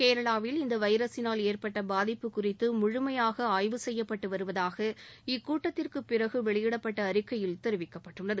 கேரளாவில் இந்த வைரஸினால் ஏற்பட்ட பாதிப்பு குறித்து முழுமையாக ஆய்வு செய்யப்பட்டு வருவதாக இக்கூட்டத்திற்கு பிறகு வெளியிடப்பட்ட அறிக்கையில் தெரிவிக்கப்பட்டுள்ளது